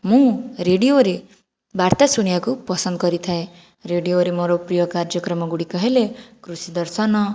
ମୁଁ ରେଡ଼ିଓରେ ବାର୍ତ୍ତା ଶୁଣିବାକୁ ପସନ୍ଦ୍ କରିଥାଏ ରେଡ଼ିଓରେ ମୋର ପ୍ରିୟ କାର୍ଯ୍ୟକ୍ରମଗୁଡ଼ିକ ହେଲେ କୃଷି ଦର୍ଶନ